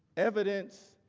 evidence,